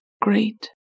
great